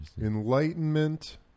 enlightenment